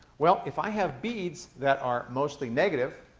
well, if i have beads that are mostly negative,